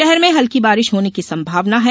शहर में हल्की बारिश होने की संभावना है